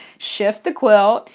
shift the quilt,